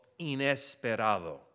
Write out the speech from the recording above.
inesperado